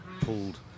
pulled